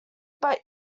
but